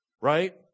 right